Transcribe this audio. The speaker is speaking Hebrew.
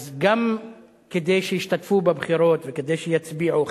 אז גם כדי שישתתפו בבחירות וכדי שיצביעו,